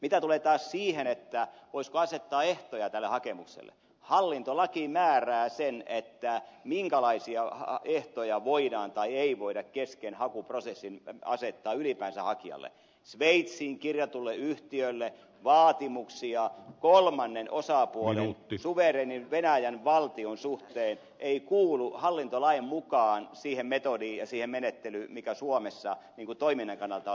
mitä tulee taas siihen voisiko asettaa ehtoja tälle hakemukselle hallintolaki määrää sen minkälaisia ehtoja voidaan tai ei voida kesken hakuprosessin asettaa ylipäänsä hakijalle sveitsiin kirjatulle yhtiölle vaatimuksia kolmannen osapuolen suvereenin venäjän valtion suhteen ei kuulu hallintolain mukaan siihen metodiin ja siihen menettelyyn mikä suomessa toiminnan kannalta on laillista